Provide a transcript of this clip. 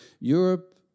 Europe